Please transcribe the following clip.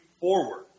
forward